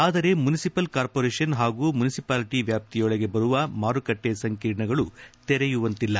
ಆದರೆ municipal corporation ಹಾಗೂ municipality ವ್ಲಾಪ್ತಿಯೊಳಗೆ ಬರುವ ಮಾರುಕಟ್ಟೆ ಸಂಕಿರ್ಣಗಳು ತೆರೆಯುವಂತಿಲ್ಲ